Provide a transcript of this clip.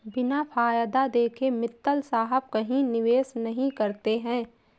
बिना फायदा देखे मित्तल साहब कहीं निवेश नहीं करते हैं